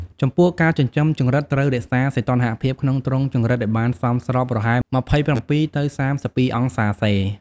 ចំពោះការចិញ្ចឹមចង្រិតត្រូវរក្សាសីតុណ្ហភាពក្នុងទ្រុងចង្រិតឲ្យបានសមស្រប ប្រហែល ២៧ ទៅ ៣២ អង្សាសេ។